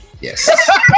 Yes